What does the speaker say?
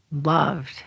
Loved